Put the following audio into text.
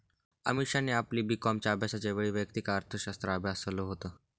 अमीषाने आपली बी कॉमच्या अभ्यासाच्या वेळी वैयक्तिक अर्थशास्त्र अभ्यासाल होत